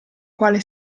quale